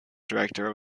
director